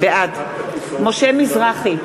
בעד משה מזרחי,